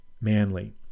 manly